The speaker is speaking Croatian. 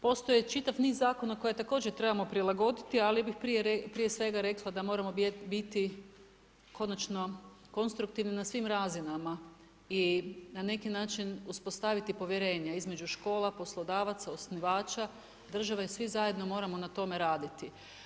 Postoji čitav niz zakona koje također trebamo prilagoditi, ali bih prije svega rekla da moramo biti konačno konstruktivni na svim razinama i na neki način uspostaviti povjerenje između škola, poslodavaca, osnivača, država i svi zajedno moramo na tome raditi.